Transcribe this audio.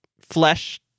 flesh